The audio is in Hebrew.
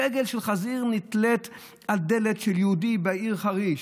רגל של חזיר נתלית על דלת של יהודי בעיר חריש.